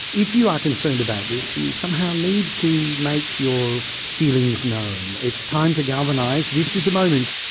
if you are concerned about this, you somehow need to make your feelings known. it's time to galvanise. this is the moment.